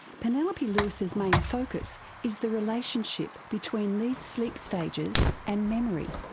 penelope lewis's main focus is the relationship between these sleep stages and memory.